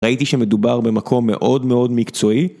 ראיתי שמדובר במקום מאוד מאוד מקצועי.